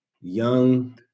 young